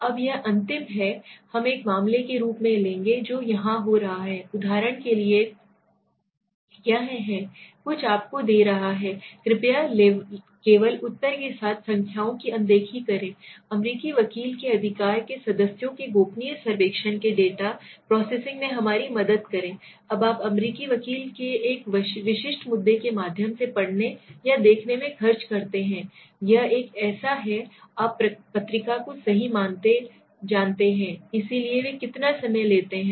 अब यह अंतिम है हम एक मामले के रूप में लेंगे जो यहां हो रहा है उदाहरण के लिए यह हैं कुछ आपको दे रहा है कृपया केवल उत्तर के साथ संख्याओं की अनदेखी करें अमेरिकी वकील के अधिकार के सदस्यों के गोपनीय सर्वेक्षण के डाटा प्रोसेसिंग में हमारी मदद करें अब आप अमेरिकी वकील के एक विशिष्ट मुद्दे के माध्यम से पढ़ने या देखने में खर्च करते हैं यह एक ऐसा है आप पत्रिका को सही जानते हैं इसलिए वे कितना समय ले रहे हैं